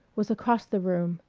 was across the room,